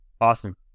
awesome